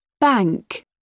Bank